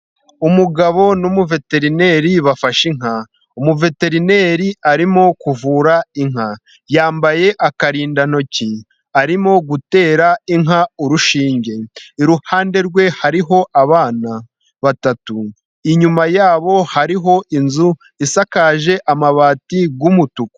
Umugabo n'umuveterineri bafashe inka. Umuveterineri arimo kuvura inka yambaye akarindantoki. Arimo gutera inka urushinge iruhande rwe hariho abana batatu inyuma yabo hariho inzu isakaje amabati y'umutuku.